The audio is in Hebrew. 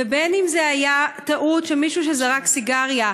ובין אם הייתה זו טעות של מישהו שזרק סיגריה,